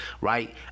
right